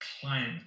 client